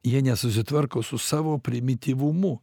jie nesusitvarko su savo primityvumu